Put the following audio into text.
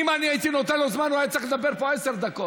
יואל, עכשיו הגעת?